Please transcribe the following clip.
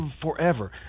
forever